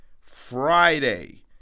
Friday